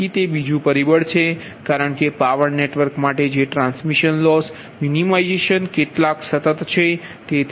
તેથી તે બીજું પરિબળ છે કારણ કે પાવર નેટવર્ક માટે જે ટ્રાન્સમિશન લોસ મિનિમાઇઝેશન કેટલાક સતત છે